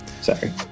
Sorry